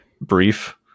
brief